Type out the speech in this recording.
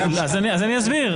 ארז מלול?